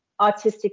autistic